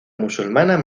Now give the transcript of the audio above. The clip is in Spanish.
musulmana